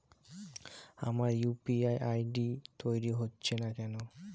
আমার UPI ID তৈরি হচ্ছে না কেনো?